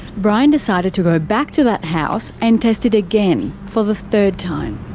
brian decided to go back to that house and test it again, for the third time.